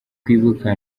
kwibuka